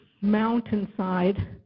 mountainside